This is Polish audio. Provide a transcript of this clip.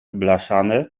blaszany